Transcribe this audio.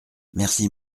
merci